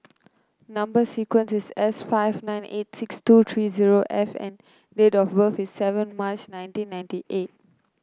number sequence is S five nine eight six two three zero F and date of birth is seven March nineteen ninety eight